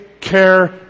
care